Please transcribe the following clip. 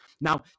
Now